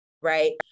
right